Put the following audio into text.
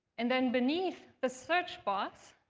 and then, beneath the search box,